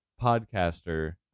Podcaster